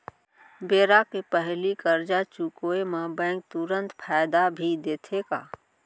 बेरा के पहिली करजा चुकोय म बैंक तुरंत फायदा भी देथे का?